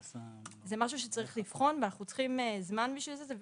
אבל זה משהו שצריך לבחון ואנחנו צריכים זמן בשביל זה,